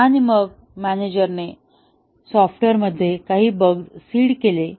आणि मग मॅनेजर ने सॉफ्टवेअरमध्ये काही बग्स सीड केले